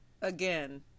again